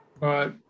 but-